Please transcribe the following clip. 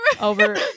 over